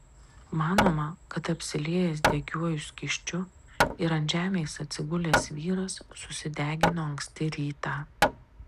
manoma kad apsiliejęs degiuoju skysčiu ir ant žemės atsigulęs vyras susidegino anksti rytą